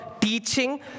teaching